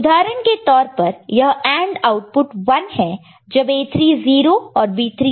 उदाहरण के तौर पर यह AND आउटपुट 1 है जब A3 0 और B3 1 हैं